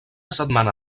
setmana